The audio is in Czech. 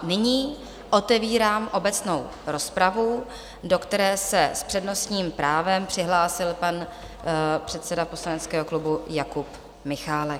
Nyní otevírám obecnou rozpravu, do které se s přednostním právem přihlásil pan předseda poslaneckého klubu Jakub Michálek.